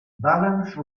balance